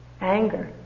Anger